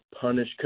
punish